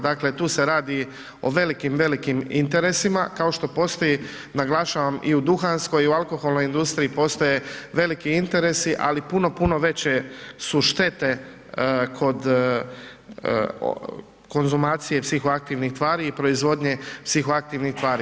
Dakle tu se radi o velikim, velikim interesima, kao što postoji, naglašavam, i u duhanskoj i u alkoholnoj industriji postoje veliki interesi, ali puno, puno veće su štete kod konzumacije psihoaktivnih tvari i proizvodnje psihoaktivnih tvari.